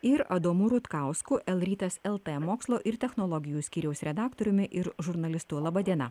ir adomu rutkausku el rytas el t mokslo ir technologijų skyriaus redaktoriumi ir žurnalistu laba diena